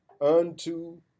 unto